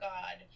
God